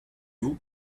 vous